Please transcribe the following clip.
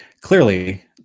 clearly